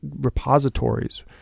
repositories